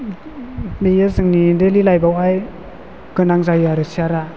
बेयो जोंनि देलि लाइफावहाय गोनां जायो आरो सियारा